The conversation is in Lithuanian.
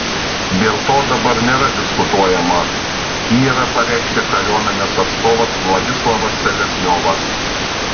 dėl to dabar nėra diskutuojama kijeve pareiškė kariuomenės atstovas vladislavas selezniovas